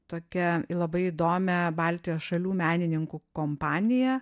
tokią labai įdomią baltijos šalių menininkų kompaniją